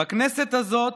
"בכנסת הזאת